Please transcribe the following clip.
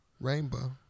Rainbow